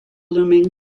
blooming